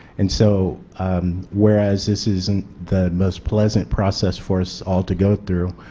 and so whereas this isn't the most pleasant process for us all to go through,